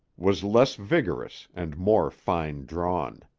was less vigorous and more fine-drawn.